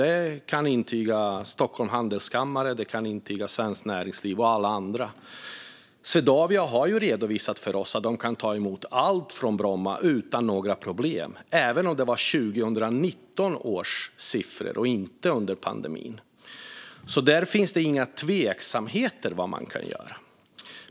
Det kan Stockholms Handelskammare, Svenskt Näringsliv och alla andra intyga. Swedavia har redovisat för oss att Arlanda kan ta emot all trafik från Bromma utan några problem, även med 2019 års siffror och inte med de siffror som gällde under pandemin. Där finns det inga tveksamheter om vad man kan göra.